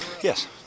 Yes